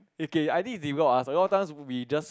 okay I think it's difficult to ask a lot of times we just